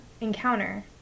encounter